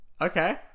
Okay